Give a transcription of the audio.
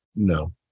no